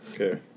Okay